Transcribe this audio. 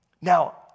Now